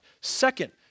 Second